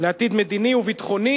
לעתיד מדיני וביטחוני